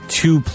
two